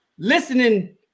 Listening